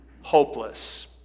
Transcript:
hopeless